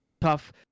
tough